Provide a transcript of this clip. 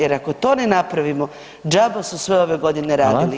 Jer ako to ne napravimo, džaba su sve ove godine radili.